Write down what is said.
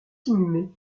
inhumée